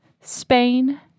Spain